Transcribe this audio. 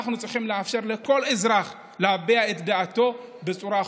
אנחנו צריכים לאפשר לכל אזרח להביע את דעתו בצורה חוקית,